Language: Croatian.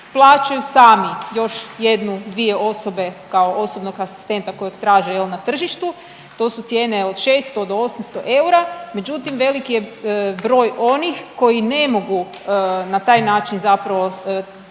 plaćaju sami još jednu dvije osobe kao osobnog asistenta kojeg traže jel na tržištu. To su cijene od 600 do 800 eura, međutim, veliki je broj onih koji ne mogu na taj način zapravo potražiti